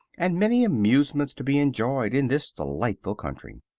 and many amusements to be enjoyed in this delightful country.